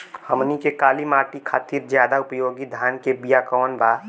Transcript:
हमनी के काली माटी खातिर ज्यादा उपयोगी धान के बिया कवन बा?